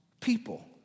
people